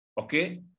Okay